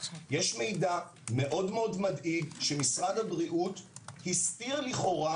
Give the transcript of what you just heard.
יש מידע מאוד מדאיג שמשרד הבריאות הסתיר לכאורה